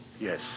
Yes